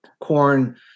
corn